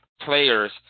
players